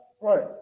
Right